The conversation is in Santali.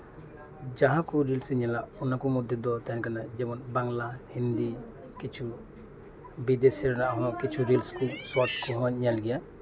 ᱡᱟᱦᱟᱸᱠᱚ ᱨᱤᱞᱥᱤᱧ ᱧᱮᱞᱟ ᱚᱱᱟᱠᱚ ᱢᱚᱫᱽ ᱨᱮ ᱛᱟᱦᱮᱱ ᱠᱟᱱᱟ ᱡᱮᱢᱚᱱ ᱵᱟᱝᱞᱟ ᱦᱤᱱᱫᱤ ᱵᱤᱫᱮᱥᱤ ᱨᱮᱱᱟᱜ ᱦᱚᱸ ᱠᱤᱪᱷᱩ ᱨᱤᱞᱥ ᱠᱚ ᱥᱚᱨᱴᱥ ᱠᱚᱧ ᱧᱮᱞ ᱜᱮ ᱭᱟ